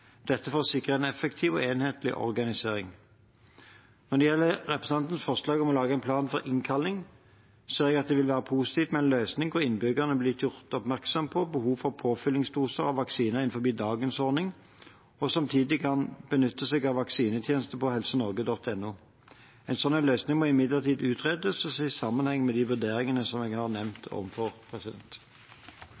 for å sikre en effektiv og enhetlig organisering. Når det gjelder representantenes forslag om å lage en plan for innkalling, ser jeg at det vil være positivt med en løsning hvor innbyggerne blir gjort oppmerksom på behov for påfyllingsdose av vaksine innenfor dagens ordning og samtidig kan benytte seg av vaksinetjenesten på helsenorge.no. En slik løsning må imidlertid utredes og ses i sammenheng med de vurderingene jeg har nevnt